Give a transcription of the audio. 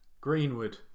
Greenwood